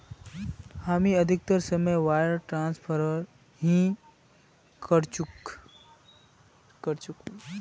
हामी अधिकतर समय वायर ट्रांसफरत ही करचकु